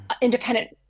independent